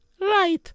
Right